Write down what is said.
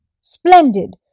Splendid